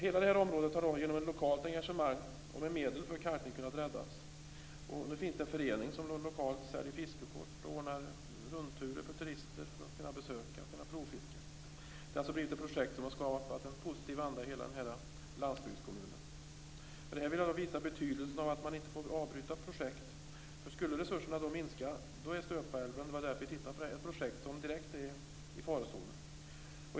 Hela det här området har genom lokalt engagemang och med medel för kalkning kunnat räddas, och nu finns det en förening som lokalt säljer fiskekort och ordnar rundturer för turister som kan besöka området och provfiska. Det har alltså blivit ett projekt som har skapat en positiv anda i hela den här landsbygdskommunen. Med det här vill jag visa betydelsen av att man inte får avbryta projekt. Skulle resurserna minska så är Stöpälven - det var därför jag tittade på det - ett projekt som direkt är i farozonen.